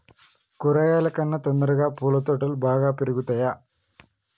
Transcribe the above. కూరగాయల కన్నా తొందరగా పూల తోటలు బాగా పెరుగుతయా?